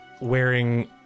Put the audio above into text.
Wearing